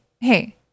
hey